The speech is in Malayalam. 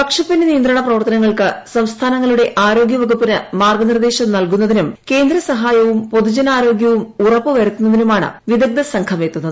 പക്ഷിപ്പനി നിയന്ത്രണ പ്രവർത്തനങ്ങൾക്ക് സംസ്ഥാനങ്ങളുടെ ആരോഗൃവകുപ്പിന് മാർഗ്ഗനിർദ്ദേശം നൽകുന്നതിനും കേന്ദ്ര സഹായവും പൊതുജനാരോഗൃവും ഉറപ്പു വരുത്തുന്നതിനുമാണ് വിദഗ്ദ്ധ സംഘം എത്തുന്നത്